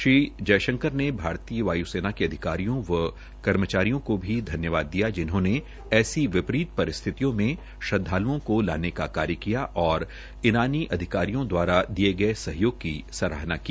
श्री जयशंकर ने भारतीय वाय्सेना के अधिकारियों व कर्मचारियों को धन्यवाद दिया जिन्होंने ऐसी विपरीत परिस्थितियों में श्रद्वाल्ओं को लाने का कार्य किया और ईरानी अधिकारियों द्वारा सहयोग की सराहना की